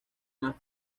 más